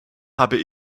habe